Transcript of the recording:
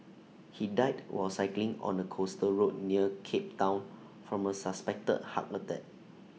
he died while cycling on A coastal road near cape Town from A suspected heart attack